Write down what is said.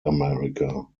america